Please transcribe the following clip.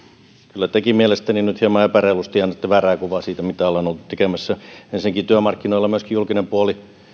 kyllä tekin mielestäni nyt hieman epäreilusti annoitte väärää kuvaa siitä mitä olen ollut tekemässä ensinnäkin työmarkkinoilla myöskin julkinen puoli